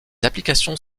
applications